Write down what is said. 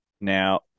Now